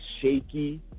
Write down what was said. shaky